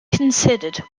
considered